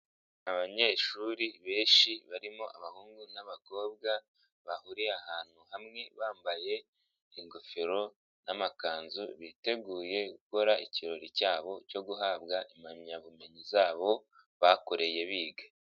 Abanyeshuri benshi barimo abahungu n'abakobwa bahuriye ahantu hamwe bambaye ingofero n'amakanzu biteguye gukora ikirori cyabo cyo guhabwa impamyabumenyi zabo, bakoreye biga.